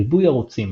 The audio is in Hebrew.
ריבוי ערוצים